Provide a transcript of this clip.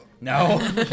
No